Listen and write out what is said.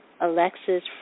Alexis